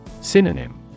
Synonym